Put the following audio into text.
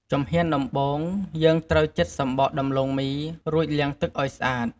ជំហានដំបូង យើងត្រូវចិតសំបកដំឡូងមី រួចលាងទឹកឱ្យស្អាត។